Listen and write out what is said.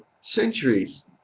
centuries